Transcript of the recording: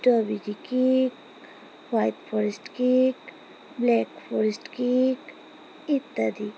strawberry cake white forest cake black forest cake ইত্যাদি